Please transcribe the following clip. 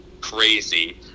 crazy